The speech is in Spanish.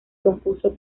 concurso